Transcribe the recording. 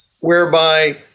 Whereby